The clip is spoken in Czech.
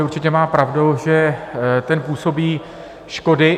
Určitě má pravdu, že ten působí škody.